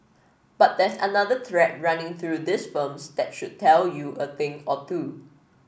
but there's another thread running through these firms that should tell you a thing or two